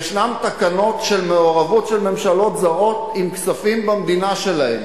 ישנן תקנות של מעורבות של ממשלות זרות עם כספים במדינה שלהם.